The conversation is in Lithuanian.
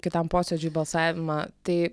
kitam posėdžiui balsavimą tai